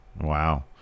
Wow